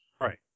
right